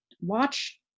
watch